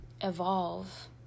evolve